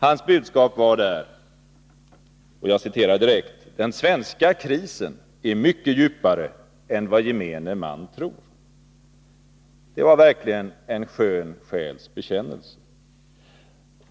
Hans budskap var där: ”Den svenska krisen är mycket djupare än vad gemene man tror.” Det var verkligen en skön själs bekännelse!